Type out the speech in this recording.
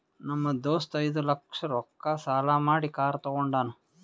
ನಮ್ ದೋಸ್ತ ಐಯ್ದ ಲಕ್ಷ ರೊಕ್ಕಾ ಸಾಲಾ ಮಾಡಿ ಕಾರ್ ತಗೊಂಡಾನ್